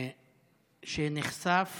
שנחשף